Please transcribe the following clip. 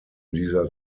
dieser